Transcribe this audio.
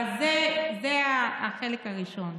אוקיי, אז זה החלק הראשון.